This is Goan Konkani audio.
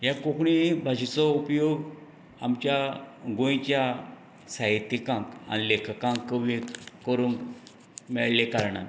ह्या कोंकणी भाशेचो उपयोग आमच्या गोंयच्या साहित्यिकांक आनी लेखकांक कवींक करूंक मेळ्ळ्या कारणान